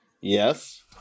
Yes